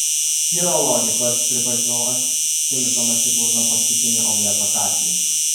yra logikos pripažinau aš kimšdamas į burną paskutinį omleto kąsnį